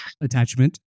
Attachment